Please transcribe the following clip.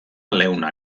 leuna